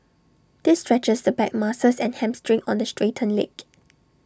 this stretches the back muscles and hamstring on the straightened leg